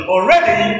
Already